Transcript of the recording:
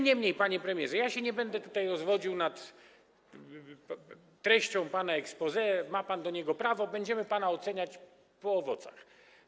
Niemniej, panie premierze, ja nie będę się tutaj rozwodził nad treścią pana exposé, ma pan do niego prawo, będziemy pana oceniać po owocach.